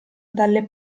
dalle